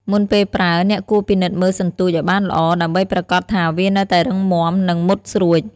មុនពេលប្រើ អ្នកគួរពិនិត្យមើលសន្ទូចឲ្យបានល្អ ដើម្បីប្រាកដថាវានៅតែរឹងមាំ និងមុតស្រួច។